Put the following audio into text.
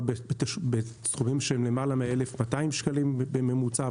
בסכומים שהם למעלה ה-1,200 שקלים בממוצע.